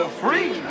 free